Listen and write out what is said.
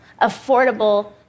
affordable